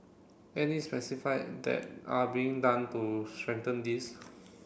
any specified that are being done to strengthen this